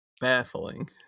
Baffling